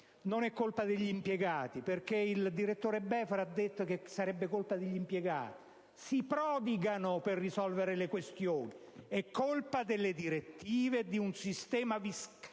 Non è colpa degli impiegati (il direttore Befera ha detto che sarebbe colpa degli impiegati): questi si prodigano per risolvere le questioni! È colpa delle direttive e di un sistema fiscale